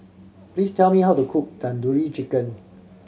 please tell me how to cook Tandoori Chicken